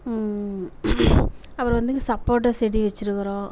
அப்புறம் வந்துங்க சப்போட்டா செடி வெச்சிருக்கிறோம்